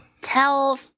tell